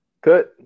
Good